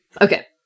Okay